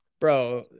Bro